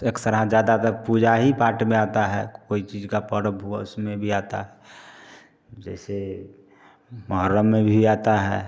ज़्यादा तो पूजा ही पाठ में आता है कोई चीज का पर्व हुआ उसमें भी आता है जैसे मुहर्रम में भी आता है